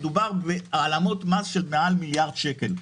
מדובר בהעלמות מס של מעל מיליארד שקל.